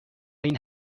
این